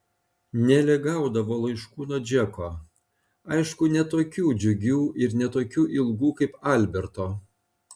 nelė gaudavo laiškų nuo džeko aišku ne tokių džiugių ir ne tokių ilgų kaip alberto